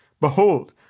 Behold